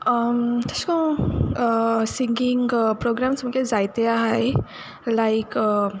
तेशें कोन्न singing programmes म्हुगे जायते आहाय लायक